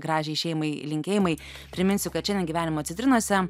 gražiai šeimai linkėjimai priminsiu kad šiandien gyvenimo citrinose